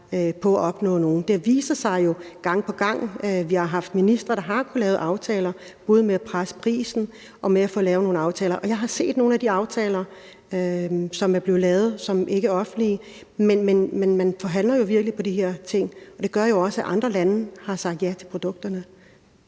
på at opnå noget. Det viser sig jo gang på gang, at vi har haft ministre, der har kunnet lave aftaler både ved at presse prisen og ved at få lavet nogle aftaler. Og jeg har set nogle af de aftaler, som er blevet lavet, men som ikke er offentlige. Men man forhandler jo virkelig om de her ting, og det gør også, at andre lande har sagt ja til produkterne.